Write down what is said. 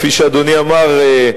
כפי שאדוני אמר,